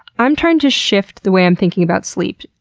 i'm trying to shift the way i'm thinking about sleep,